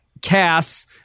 cass